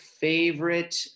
favorite